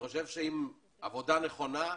אין מלונאות,